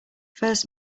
first